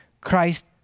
Christ